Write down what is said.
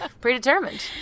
predetermined